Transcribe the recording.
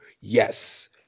yes